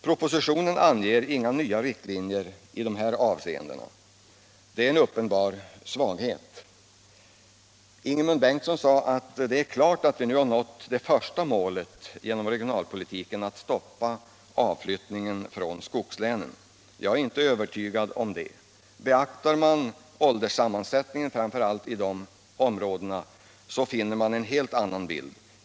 Propositionen anger inga nya riktlinjer i de här avseendena. Det är en uppenbar brist. Ingemund Bengtsson sade att det är klart att vi nu har nått det första målet för regionalpolitiken, att stoppa utflyttningen från skogslänen. Jag är inte övertygad om det. Beaktar man ålderssammansättningen i dessa områden får man en helt annan bild.